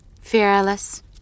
Fearless